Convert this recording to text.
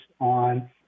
on